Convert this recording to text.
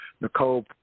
Nicole